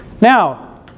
now